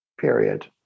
period